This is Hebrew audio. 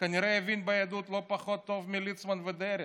הוא כנראה הבין ביהדות לא פחות טוב מליצמן ומדרעי.